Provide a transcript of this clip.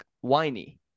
whiny